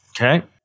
Okay